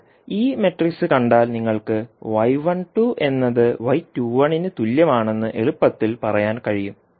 ഇപ്പോൾ ഈ മാട്രിക്സ് കണ്ടാൽ നിങ്ങൾക്ക് എന്നത് ന് തുല്യമാണെന്ന് എളുപ്പത്തിൽ പറയാൻ കഴിയും